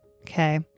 Okay